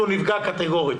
עשו לו הסכם קיבוצי.